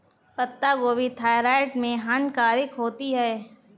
पत्ता गोभी थायराइड में हानिकारक होती है